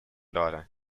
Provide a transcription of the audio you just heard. daughter